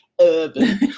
urban